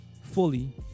fully